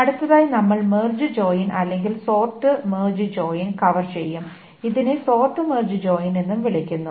അടുത്തതായി നമ്മൾ merge join അല്ലെങ്കിൽ സോർട്ട് മെർജ് ജോയിൻ കവർ ചെയ്യും ഇതിനെ സോർട്ട് മെർജ് ജോയിൻ എന്നും വിളിക്കുന്നു